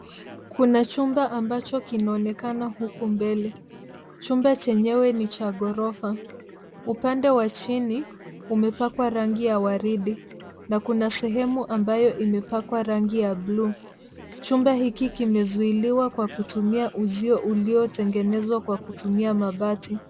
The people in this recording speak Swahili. Kuna chumba ambacho kinaonekana huku mbele. Chumba chenyewe ni cha ghorofa. Upande wa chini umepakwa rangi ya waridi na kuna sehemu ambayo imepakwa rangi ya blue . Chumba hiki kimezuiliwa kwa kutumia uzio uliotengenezwa kwa kutumia mabati.